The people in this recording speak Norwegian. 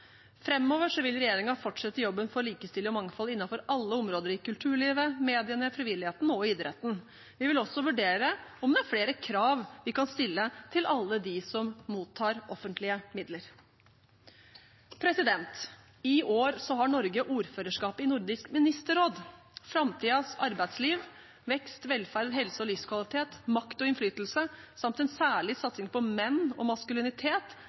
vil regjeringen fortsette jobben for likestilling og mangfold innenfor alle områder i kulturlivet, mediene, frivilligheten og idretten. Vi vil også vurdere om det er flere krav vi kan stille til alle dem som mottar offentlige midler. I år har Norges ordførerskapet i Nordisk ministerråd. Framtidens arbeidsliv, vekst, velferd, helse og livskvalitet, makt og innflytelse samt en særlig satsing på menn og maskulinitet